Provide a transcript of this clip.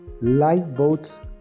lifeboats